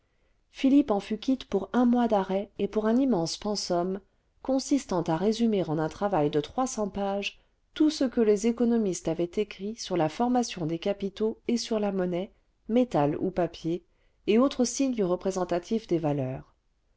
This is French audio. philippe en fut quitte pour un mois d'arrêts et pour un immense pensum consistant à résumer en un travail de trois cents pages tout ce que ies économistes avaient écrit sur la formation des capitaux et sur la monnaie métal ou papier et autres signes représentatifs des valeurs